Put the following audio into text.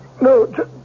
No